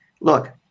Look